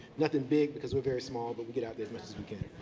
nothing big because we're very small, but we get out there